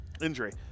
injury